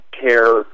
care